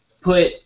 put